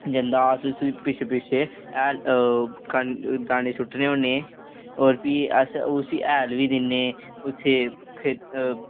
जंदा अस उसी पिच्छें पिच्छें हैल कनक दानें सु'ट्टने होन्ने होर बी अस उसी हैल बी दिन्ने उत्थै